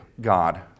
God